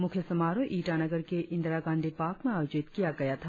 मुख्य समारोह ईटानगर के इंदिरा गांधी पार्क में आयोजित किया गया था